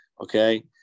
Okay